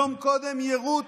יום קודם יירוט